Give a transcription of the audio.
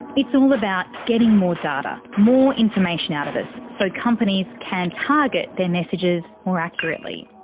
it's all about getting more data, more information out of us, so companies can target their messages more accurately.